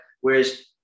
whereas